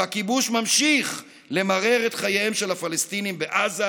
הכיבוש ממשיך למרר את חייהם של הפלסטינים בעזה,